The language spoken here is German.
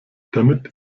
damit